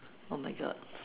oh my god